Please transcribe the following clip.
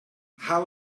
how